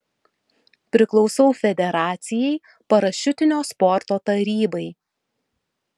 priklausau federacijai parašiutinio sporto tarybai